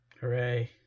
Hooray